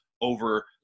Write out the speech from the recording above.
over